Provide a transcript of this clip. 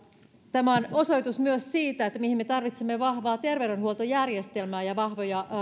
tämä on osoitus myös siitä mihin me tarvitsemme vahvaa terveydenhuoltojärjestelmää ja vahvoja